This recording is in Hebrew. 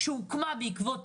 שלום לכולם,